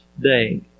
day